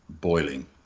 boiling